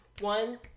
one